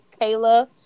Kayla